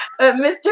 Mr